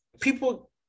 people